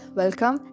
welcome